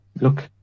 look